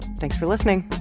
thanks for listening